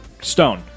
stone